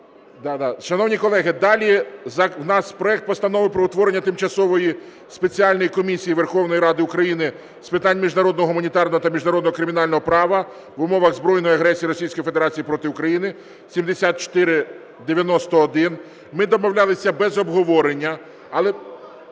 Шановні колеги, далі у нас проект Постанови про утворення Тимчасової спеціальної комісії Верховної Ради України з питань міжнародного гуманітарного та міжнародного кримінального права в умовах збройної агресії Російської Федерації проти України (7491). Ми домовлялися без обговорення, але